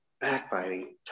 Backbiting